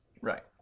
Right